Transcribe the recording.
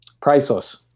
Priceless